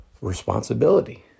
responsibility